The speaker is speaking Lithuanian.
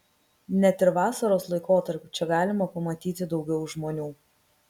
net ir vasaros laikotarpiu čia galima pamatyti daugiau žmonių